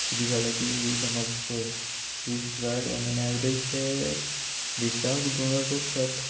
किदें जालें की समज पय tourist guide on an average ते दिसाक दोन हजार जोडटात